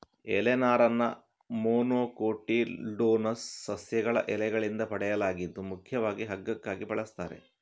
ಎಲೆ ನಾರನ್ನ ಮೊನೊಕೊಟಿಲ್ಡೋನಸ್ ಸಸ್ಯಗಳ ಎಲೆಗಳಿಂದ ಪಡೆಯಲಾಗಿದ್ದು ಮುಖ್ಯವಾಗಿ ಹಗ್ಗಕ್ಕಾಗಿ ಬಳಸ್ತಾರೆ